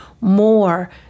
more